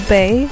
Bay